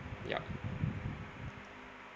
ya